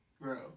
Bro